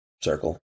circle